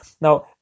Now